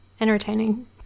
entertaining